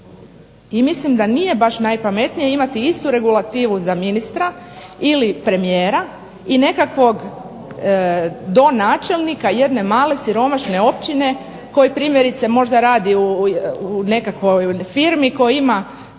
I mislim da nije baš najpametnije imati istu regulativu za ministra ili premijera i nekakvog donačelnika jedne male siromašne općine koja primjerice možda radi u nekakvoj firmi koju ima